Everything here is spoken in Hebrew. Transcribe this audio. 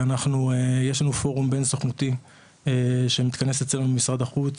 יש לנו פורום בין סוכנותי שמתכנס אצלנו במשרד החוץ,